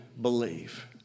believe